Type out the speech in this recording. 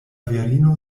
virino